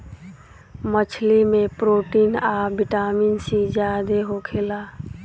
मछली में प्रोटीन आ विटामिन सी ज्यादे होखेला